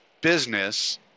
business